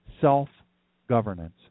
self-governance